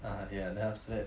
uh ya then after that